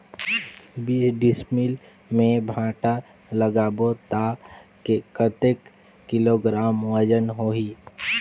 बीस डिसमिल मे भांटा लगाबो ता कतेक किलोग्राम वजन होही?